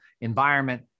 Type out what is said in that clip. environment